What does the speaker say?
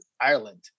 Ireland